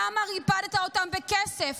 למה ריפדת אותם בכסף?